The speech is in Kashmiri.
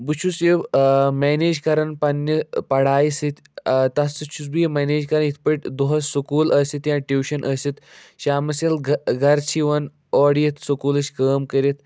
بہٕ چھُس یہِ مٮ۪نیج کَران پَنٛنہِ پڑایہِ سۭتۍ تَتھ سۭتۍ چھُس بہٕ یہِ مَنیج کَران یِتھ پٲٹھۍ دۄہَس سُکوٗل ٲسِتھ یا ٹیوٗشَن ٲسِتھ شامَس ییٚلہِ گَہ گَرٕ چھِ یِوَن اوٚرٕ یِتھ سُکوٗلٕچ کٲم کٔرِتھ